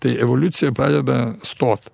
tai evoliucija pradeda stot